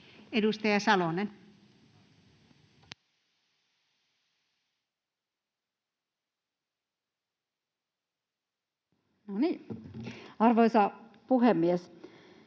Edustaja Salonen. Arvoisa puhemies!